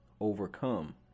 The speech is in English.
overcome